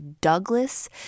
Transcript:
Douglas